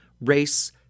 race